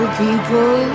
people